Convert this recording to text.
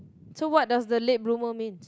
so what does the late bloomer mean